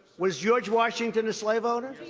was george washington a slave owner?